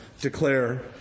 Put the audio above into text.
declare